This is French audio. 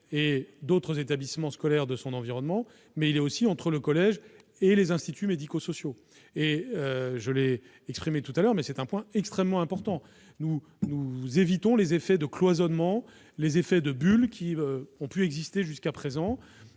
et d'autres établissements scolaires de son environnement, mais aussi entre le collège et les instituts médico-sociaux. Je l'ai dit, et ce point est extrêmement important : nous évitons les effets de cloisonnement ou de « bulle » qui ont pu exister jusqu'à présent.